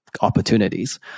opportunities